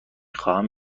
خواهم